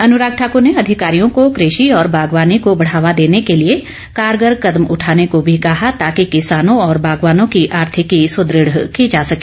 अनराग ठाकर ने अधिकारियों को कृषि और बागवानी को बढ़ावा देने के लिए कारगर कदम उठाने को भी कहा ताकि किसानों और बागवानों की आर्थिकी सुदृढ़ की जा सके